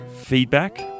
feedback